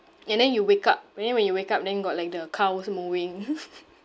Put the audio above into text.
and then you wake up and then when you wake up then got like the cows mooing